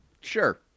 sure